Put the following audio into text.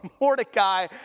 Mordecai